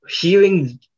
hearing